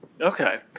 Okay